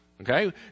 Okay